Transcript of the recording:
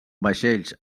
vaixells